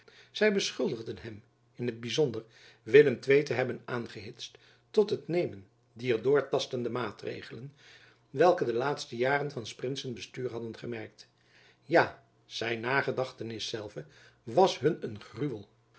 zy beschuldigden hem in t byzonder willem ii te hebben aangehitst tot het nemen dier doortastende maatregelen welke de laatste jaren van s prinsen bestuur hadden gekenmerkt ja zijn nagedachtenis zelve was hun een gruwel